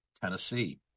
tennessee